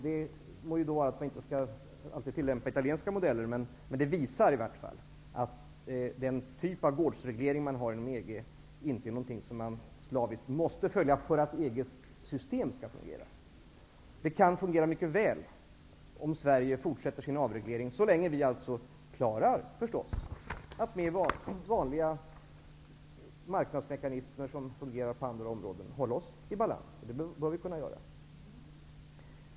Vi skall kanske inte alltid tillämpa italienska modeller, men det visar att den gårdsreglering man har inom EG inte slaviskt måste följas för att EG:s system skall fungera. Det kan fungera mycket väl om Sverige fortsätter sin avreglering, så länge vi klarar att med vanliga marknadsmekanismer, som fungerar på andra områden, hålla oss i balans.